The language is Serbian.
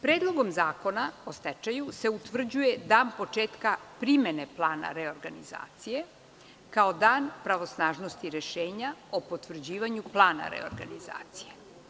Predlogom Zakona o stečaju se utvrđuje dan početka primene plana reorganizacije kao dan pravosnažnosti rešenja o potvrđivanju plana reorganizacije.